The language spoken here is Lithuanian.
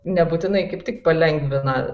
nebūtinai kaip tik palengvina